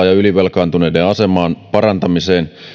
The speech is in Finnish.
ja ylivelkaantuneiden aseman parantamiseen